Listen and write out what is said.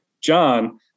John